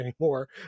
anymore